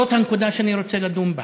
זאת הנקודה שאני רוצה לדון בה.